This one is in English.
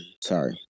Sorry